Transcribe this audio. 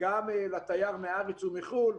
לתייר מהארץ ומחו"ל,